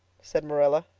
said marilla.